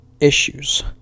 issues